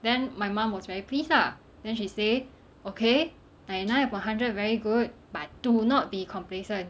then my mum was very pleased lah then she say okay ninety nine upon hundred very good but do not be complacent